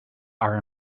are